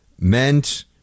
meant